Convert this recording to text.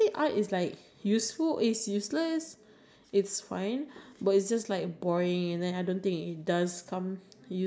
you need to be confident to be like talking in front of a classroom in front of people to present what you have